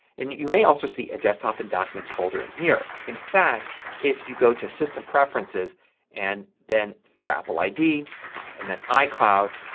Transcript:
and you may also see a desktop and documents folder in here. in fact if you go to system preferences and then your apple id and then icloud,